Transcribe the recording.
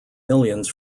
millions